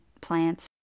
plants